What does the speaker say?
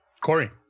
Corey